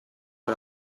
che